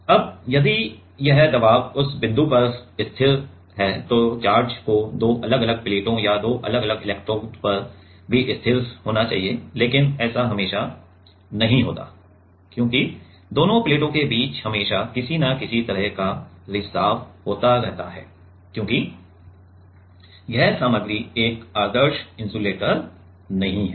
अब यदि यह दबाव उस बिंदु पर स्थिर है तो चार्ज को दो अलग अलग प्लेटों या दो अलग अलग इलेक्ट्रोड पर भी स्थिर होना चाहिए लेकिन ऐसा हमेशा नहीं होता है क्योंकि दोनों प्लेटों के बीच हमेशा किसी न किसी तरह का रिसाव होता रहता है क्योंकि यह सामग्री एक आदर्श इन्सुलेटर नहीं है